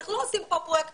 אנחנו לא עושים פה פרויקט,